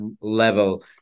level